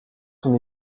son